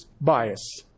bias